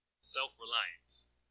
self-reliance